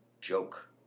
joke